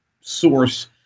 source